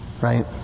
Right